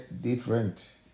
different